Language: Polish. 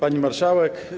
Pani Marszałek!